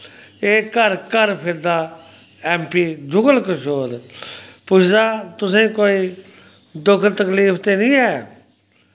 एह् घर घर फिरदा ऐम पी जुगल कशोर पुछदा तुसें कोई दुख तकलीफ ते नी ऐ